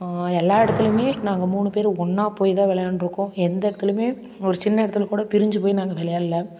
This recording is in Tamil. எல்லாம் இடத்துலையுமே நாங்கள் மூணு பேரு ஒன்னா போய் தான் விளையாண்ட்டுருக்கோம் எந்த இடத்துலையுமே ஒரு சின்ன இடத்துல கூட பிரிஞ்சு போய் நாங்கள் விளையாட்டில்